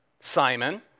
Simon